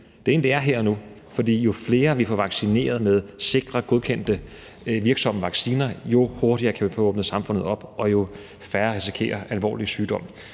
Det ene skridt er her og nu, for jo flere vi får vaccineret med sikre, godkendte virksomme vacciner, jo hurtigere kan vi få åbnet samfundet op, og jo færre risikerer alvorlig sygdom